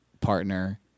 partner